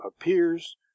appears